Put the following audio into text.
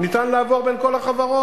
אפשר לעבור בין כל החברות.